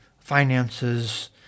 finances